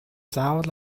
заавал